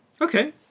Okay